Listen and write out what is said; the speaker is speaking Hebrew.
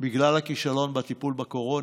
בגלל הכישלון בטיפול בקורונה,